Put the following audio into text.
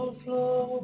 flow